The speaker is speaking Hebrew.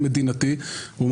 ואני